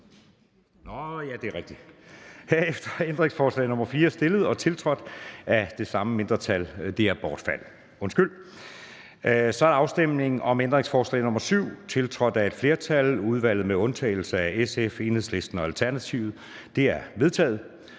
er forkastet. Herefter er ændringsforslag nr. 4, stillet og tiltrådt af de samme mindretal, bortfaldet. Ønskes afstemning om ændringsforslag nr. 7, tiltrådt af et flertal (udvalget med undtagelse af SF, EL og ALT)? Det er vedtaget.